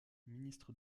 ministre